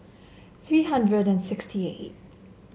three hundred and sixty eighth